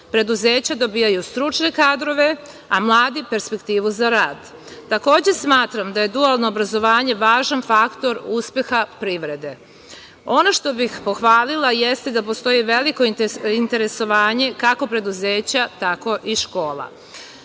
dobit. Preduzeća dobijaju stručne kadrove, a mladi perspektivu za rad, takođe smatram da je dualno obrazovanje važan faktor uspeha privrede. Ono što bih pohvalila jeste da postoji veliko interesovanje kako preduzeća, tako i škola.